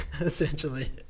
essentially